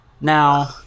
Now